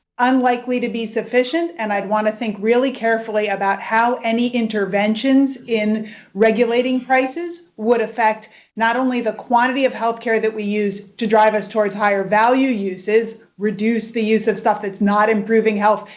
unlikely to be sufficient, and i'd want to think really carefully about how any interventions in regulating prices would affect not only the quantity of health care that we use to drive us towards higher-value uses, reduce the use of stuff that's not improving health,